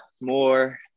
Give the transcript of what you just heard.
more